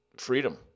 freedom